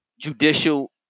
judicial